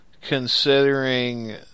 considering